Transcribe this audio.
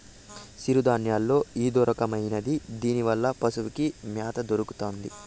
సిరుధాన్యాల్లో ఇదొరకమైనది దీనివల్ల పశులకి మ్యాత దొరుకుతాది